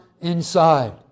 inside